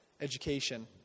education